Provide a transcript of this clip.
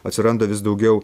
atsiranda vis daugiau